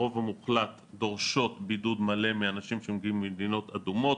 הרוב המוחלט דורשות בידוד מלא מאנשים שמגיעים ממדינות אדומות.